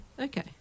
Okay